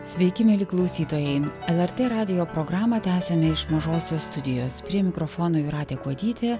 sveiki mieli klausytojai lrt radijo programą tęsiame iš mažosios studijos prie mikrofono jūratė kuodytė